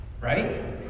right